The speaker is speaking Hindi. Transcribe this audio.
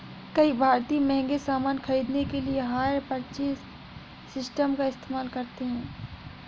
कई भारतीय महंगे सामान खरीदने के लिए हायर परचेज सिस्टम का इस्तेमाल करते हैं